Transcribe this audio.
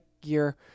gear